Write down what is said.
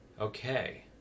Okay